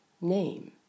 name